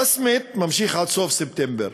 רשמית ממשיך עד סוף ספטמבר,